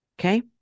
Okay